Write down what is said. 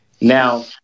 Now